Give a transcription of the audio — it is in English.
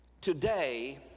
today